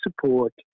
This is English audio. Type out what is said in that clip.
support